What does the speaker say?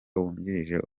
wungirije